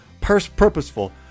purposeful